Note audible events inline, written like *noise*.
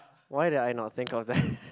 why did I not think of that *laughs*